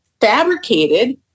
fabricated